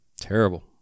terrible